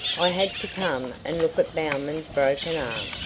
i had to come and look at bowman's broken arm,